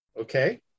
okay